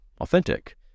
authentic